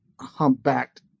humpbacked